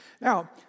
Now